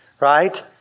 Right